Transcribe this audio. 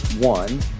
one